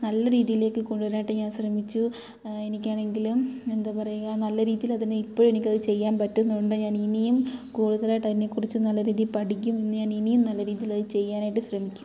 നല്ല രീതിയിലേയ്ക്ക് കൊണ്ടുവരാനായിട്ട് ഞാൻ ശ്രമിച്ചു എനിക്കാണെങ്കിലും എന്താ പറയുക നല്ല രീതിയിൽ അതിനെ ഇപ്പോഴും എനിക്ക് അത് ചെയ്യാൻ പറ്റുന്നുണ്ട് ഞാൻ ഇനിയും കൂടുതലായിട്ട് അതിനെ കുറിച്ച് നല്ല രീതിയിൽ പഠിക്കും എന്ന് ഇനിയും നല്ല രീതിയിൽ അത് ചെയ്യാനായിട്ട് ശ്രമിക്കും